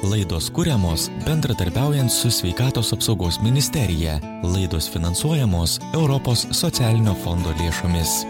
laidos kuriamos bendradarbiaujant su sveikatos apsaugos ministerija laidos finansuojamos europos socialinio fondo lėšomis